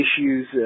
issues